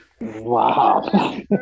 Wow